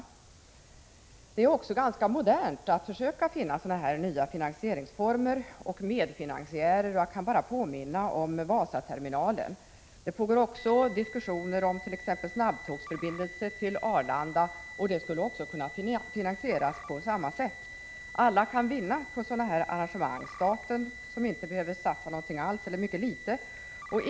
Det är utan tvekan också ganska modernt att försöka finna nya finansieringsformer och medfinansiärer. Jag kan här påminna om Vasaterminalen. Det pågår även diskussioner om t.ex. snabbtågsförbindelse med Arlanda. Också en sådan skulle kunna finansieras på samma sätt. Alla kan vinna på låneoch leasingarrangemang. Staten behöver inte satsa någonting alls eller ganska små belopp.